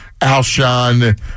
Alshon